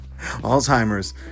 alzheimer's